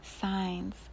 signs